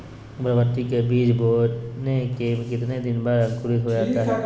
बरबटी के बीज बोने के कितने दिन बाद अंकुरित हो जाता है?